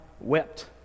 wept